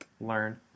learn